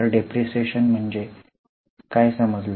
तर डिप्रीशीएशन म्हणजे काय समजले